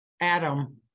Adam